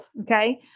Okay